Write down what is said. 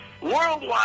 worldwide